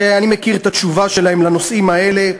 ואני מכיר את התשובה שלהם בנושאים האלה,